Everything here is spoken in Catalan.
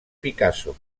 picasso